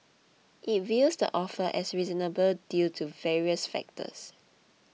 it views the offer as reasonable due to various factors